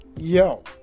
Yo